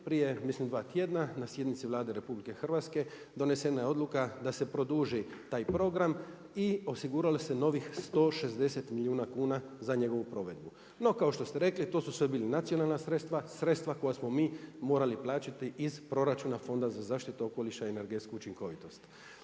prije mislim dva tjedna na sjednici Vlade Republike Hrvatske donesena je odluka da se produži taj program i osiguralo se novih 160 milijuna kuna za njegovu provedbu. No, kao što ste rekli to su sve bila nacionalna sredstva, sredstva koja smo mi morali plaćati iz proračuna Fonda za zaštitu okoliša i energetsku učinkovitost.